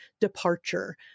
departure